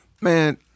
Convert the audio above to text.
Man